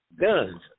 guns